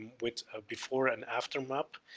with a before and after map